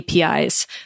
APIs